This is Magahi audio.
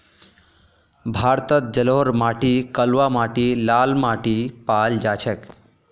भारतत जलोढ़ माटी कलवा माटी लाल माटी पाल जा छेक